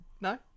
no